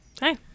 Hey